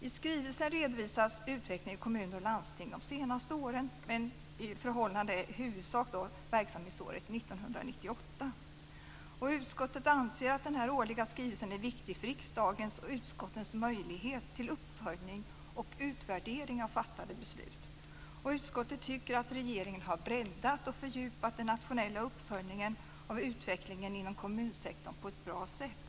I skrivelsen redovisas utvecklingen i kommuner och landsting de senaste åren, i huvudsak förhållandena under verksamhetsåret 1998. Utskottet anser att den här årliga skrivelsen är viktig för riksdagens och utskottens möjlighet till uppföljning och utvärdering av fattade beslut. Utskottet tycker att regeringen har breddat och fördjupat den nationella uppföljningen av utvecklingen inom kommunsektorn på ett bra sätt.